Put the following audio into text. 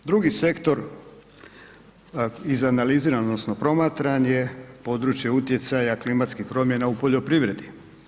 Drugi sektor izanaliziran odnosno promatran je područje utjecaja klimatskih promjena u poljoprivredi.